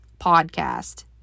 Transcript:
podcast